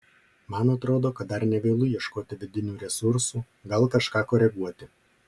man atrodo kad dar ne vėlu ieškoti vidinių resursų gal kažką koreguoti